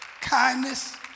Kindness